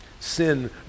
Sin